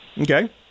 okay